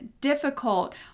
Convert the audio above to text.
difficult